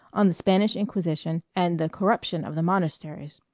on the spanish inquisition and the corruption of the monasteries.